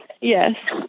Yes